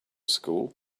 school